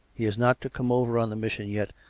he is not to come over on the mission yet,